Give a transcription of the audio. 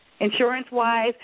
Insurance-wise